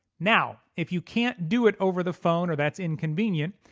now if you can't do it over the phone or that's inconvenient,